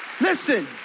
Listen